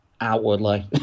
outwardly